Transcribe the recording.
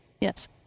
Yes